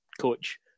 coach